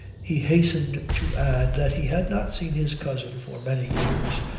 he hastened to add that he had not seen his cousin for many years,